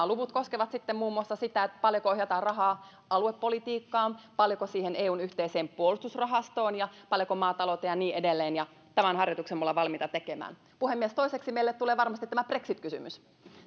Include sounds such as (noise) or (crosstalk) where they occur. (unintelligible) luvut koskevat muun muassa sitä paljonko ohjataan rahaa aluepolitiikkaan paljonko eun yhteiseen puolustusrahastoon ja paljonko maatalouteen ja niin edelleen tämän harjoituksen me olemme valmiita tekemään puhemies toiseksi meille tulee varmasti tämä brexit kysymys